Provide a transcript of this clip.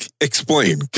Explain